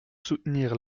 soutenir